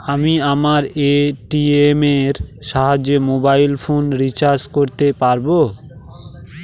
আমি আমার এ.টি.এম এর সাহায্যে মোবাইল ফোন রিচার্জ করতে পারব?